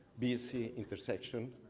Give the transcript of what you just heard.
busy intersection,